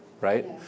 right